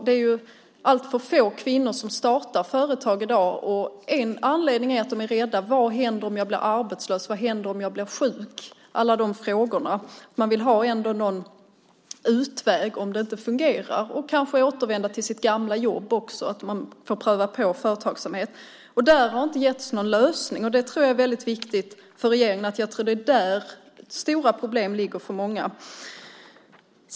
Det är alltför få kvinnor som startar företag i dag, och en anledning är att de är rädda. De ställer sig frågan: Vad händer om jag blir arbetslös? Vad händer om jag blir sjuk? Man vill ha en utväg om det inte fungerar. Man vill kanske ha möjlighet att återvända till sitt gamla jobb efter att ha prövat på företagandet. Där har vi inte sett någon lösning, men jag tror att detta är väldigt viktigt för regeringen. Där ligger stora problem för många.